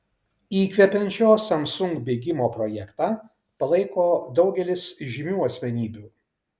įkvepiančio samsung bėgimo projektą palaiko daugelis žymių asmenybių